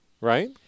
right